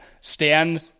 stand